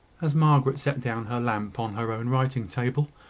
as margaret set down her lamp on her own writing-table,